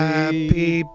Happy